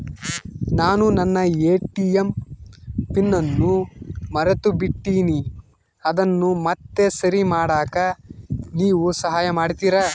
ನಾನು ನನ್ನ ATM PIN ಅನ್ನು ಮರೆತುಬಿಟ್ಟೇನಿ ಅದನ್ನು ಮತ್ತೆ ಸರಿ ಮಾಡಾಕ ನೇವು ಸಹಾಯ ಮಾಡ್ತಿರಾ?